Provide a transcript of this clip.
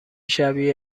شبیه